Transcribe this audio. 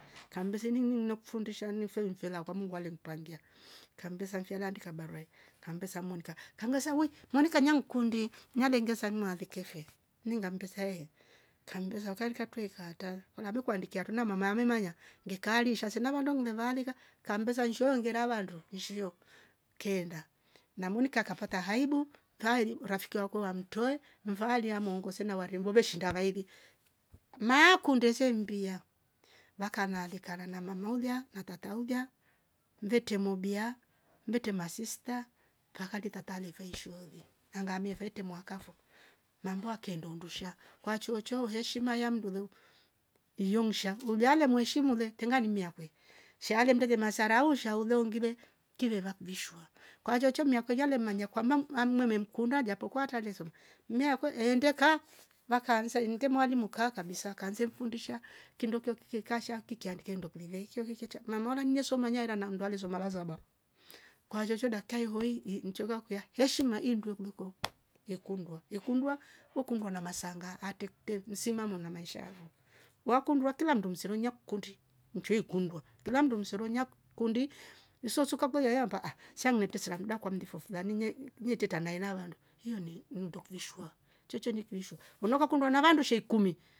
Kandezemi iining naku fundisha ni mfe- mfela kwa mungu alempangia kambesa mfela andika barua iyo kambesa amonika kangesa wi munika nyankundi nyalese ngesa nua aleke fe ningam ndesa ehh. kamndwesa ukarikia twei kaatao uladu kuandika tuna mama ame manya ngekali isha sina vandongg mvevaliva kambesa nshoo ngera vandu nshio keenda na munikia kakapa aibu kaili urafki wako wamtoe mvaliamo ungosena walirimfoveshinda vaigi maa kunde sembia vaka nale kalala namlolia na tarta olia mvete mobia mvete ma sister kahate tarta nivei ishooli anga mivete mwakafo mambwa ke ndo ndusha kwa chocho heshima ya mndulu iyungsha lulia ale mueshimu le tenga vinyia akwe. sheange mndeje marasausha ulongibe kiveva mvishwa kwa chocho miyaka kwehia lema manya kwam ammem mkunda japo kuwa ataleso. nia ko endekea vaakanze endemwa ali muka kabisa kanze mdundisha kindo kyo ki kikasha kikandika indok velei kiko hinkicha mamwola nye soma nyarana nandwelazo malazaba kwa zchozcho dakka ivo iih ii nchogo kwiya heshima indu kuliko yekundwa. yekuwndwa ukundwa na masanga artekte umsimama una maisha yavo wkundwa kila ndum serunya kundi mchwi kundwa kila mndu msurunya kk kundi sousuka vlao yeya mbaa ahh shamletesa mdaa kwa mdiflo lamini mmh mbyeteta na ilavandu iwo ni ndo kuvishwa chocho ni kinisho unoko kakuundwa na vandu sheikumi